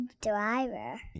driver